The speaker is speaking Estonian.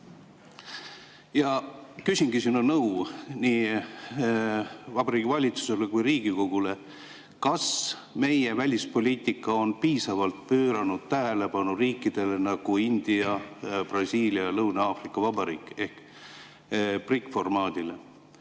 Küsingi sinu nõu nii Vabariigi Valitsusele kui ka Riigikogule. Kas meie välispoliitika on piisavalt pööranud tähelepanu sellistele riikidele nagu India, Brasiilia, Lõuna-Aafrika Vabariik ehk BRIC-formaadile?